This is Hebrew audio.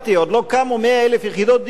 עוד לא קמו 100,000 יחידות דיור,